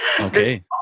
Okay